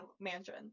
mansion